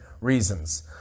reasons